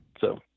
So-